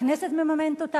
הכנסת מממנת אותה?